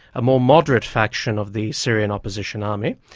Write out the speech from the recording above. a more moderate faction of the syrian opposition army,